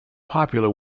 popular